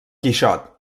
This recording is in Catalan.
quixot